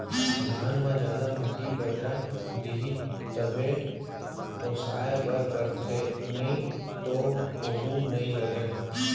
धान म जादा माटी, बदरा दिखही तभे ओसाए बर परथे नइ तो वोहू नइ लागय